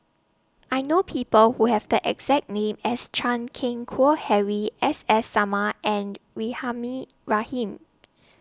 I know People Who Have The exact name as Chan Keng Howe Harry S S Sarma and Rahimah Rahim